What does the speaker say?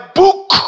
book